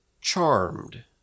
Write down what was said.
charmed